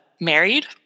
married